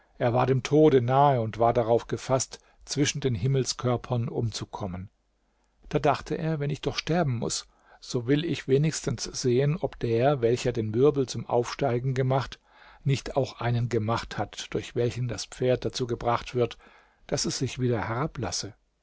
er war dem tode nahe und war darauf gefaßt zwischen den himmelskörpern umzukommen da dachte er wenn ich doch sterben muß so will ich wenigstens sehen ob der welcher den wirbel zum aufsteigen gemacht nicht auch einen gemacht hat durch welchen das pferd dazu gebracht wird daß es sich wieder herablasse